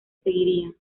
seguirían